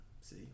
see